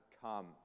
come